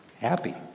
happy